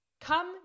come